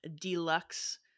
deluxe